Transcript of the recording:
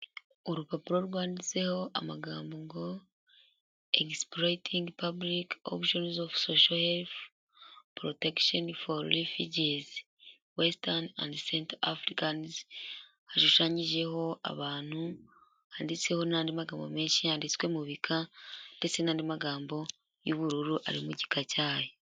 Urupapuro rwanditseho amagambo ngo exploiting public options of social health protection for refugees western and center africans, hashushanyijeho abantu, handitseho n'andi magambo menshi yanditswe mu bika ndetse n'andi magambo y'ubururu ari mu gika cyayo.